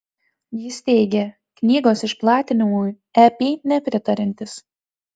jis teigė knygos išplatinimui ep nepritariantis